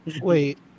Wait